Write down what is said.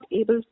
able